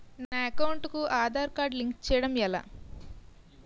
నా అకౌంట్ కు Aadhaar card link చేయడం ఎలా?